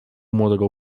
młodego